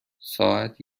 ساعت